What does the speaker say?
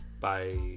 Bye